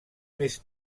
més